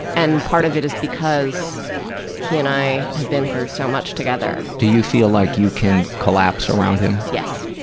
and part of it is because he and i have been through so much together. do you feel like you can collapse around him? yes.